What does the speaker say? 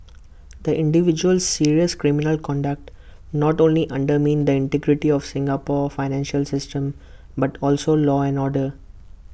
the individual's serious criminal conduct not only undermined the integrity of Singapore's financial system but also law and order